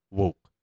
woke